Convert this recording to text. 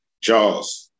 Jaws